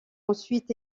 ensuite